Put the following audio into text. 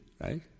right